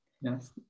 Yes